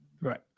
Right